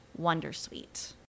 Wondersuite